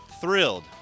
thrilled